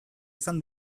izan